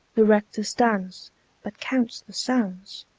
the rector stands but counts the sands,